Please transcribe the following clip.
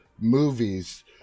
movies